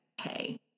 hey